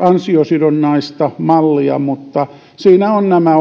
ansiosidonnaista mallia mutta siinä on nämä